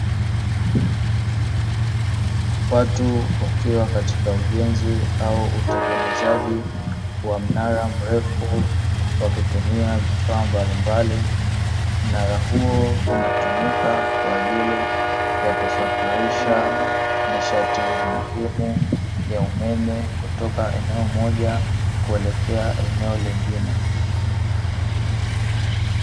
Watu wakiwa katika ujenzi au utengenezaji wa mnara mrefu wakitumia vifaa mbali mbali, mnara huo unatumika kwa ajili ya kusafirisha nishati muhimu ya umeme kutoka eneo moja kuelekea eneo lingine.